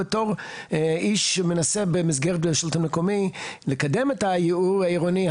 ובתור איש שמנסה במסגרת הרשות המקומית לקדם את הייעור העירוני,